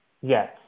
Yes